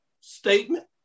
statement